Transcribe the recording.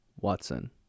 Watson